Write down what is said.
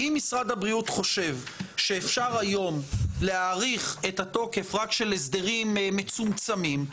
הבריאות חושב שאפשר היום להאריך את התוקף של ההסדרים המצומצמים,